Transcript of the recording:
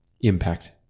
Impact